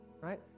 right